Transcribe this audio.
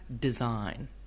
design